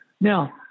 Now